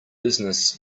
business